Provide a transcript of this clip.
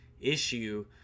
issue